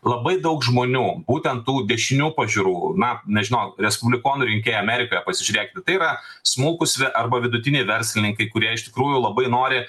labai daug žmonių būtent tų dešinių pažiūrų na nežinau respublikonų rinkėjai amerikoje pasižiūrėkit tai yra smulkūs arba vidutiniai verslininkai kurie iš tikrųjų labai nori